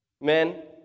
Men